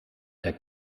der